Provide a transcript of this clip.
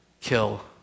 kill